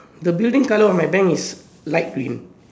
the building colour of my bank is light green